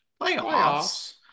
playoffs